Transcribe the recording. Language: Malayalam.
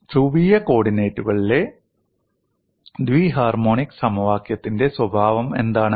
ധ്രുവീയ കോർഡിനേറ്റുകളിലെ ദ്വി ഹാർമോണിക് സമവാക്യത്തിന്റെ സ്വഭാവം എന്താണ്